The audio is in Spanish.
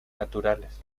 naturales